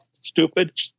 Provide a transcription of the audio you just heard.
stupid